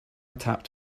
tapped